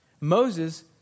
Moses